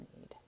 need